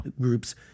groups